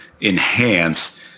enhance